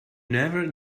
never